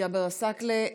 ג'אבר עסאקלה,